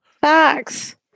Facts